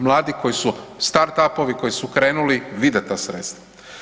Mladi koji su startup-ovi koji su krenuli vide ta sredstava.